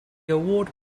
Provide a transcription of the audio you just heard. award